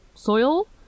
Soil